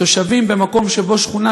ותושבים במקום שבו,